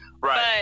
Right